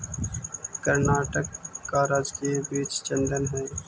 कर्नाटक का राजकीय वृक्ष चंदन हई